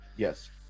Yes